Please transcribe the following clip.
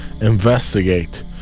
investigate